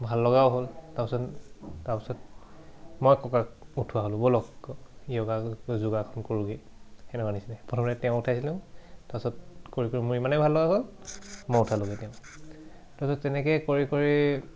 ভাল লগাও হ'ল তাৰপাছত তাৰপিছত মই ককাক উঠোৱা হ'লোঁ ব'লক য়োগা যোগাসন কৰোঁগৈ তেনেকুৱা নিচিনা প্ৰথমতে তেওঁ উঠাইছিলে তাৰপাছত কৰি কৰি মোৰ ইমানেই ভাল লগা হ'ল মই উঠালোঁগৈ তেওঁক তাৰপিছত তেনেকৈ কৰি কৰি